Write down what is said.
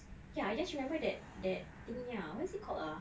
ya I just remember that that thingy ah what is it called ah